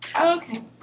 Okay